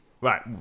Right